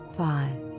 five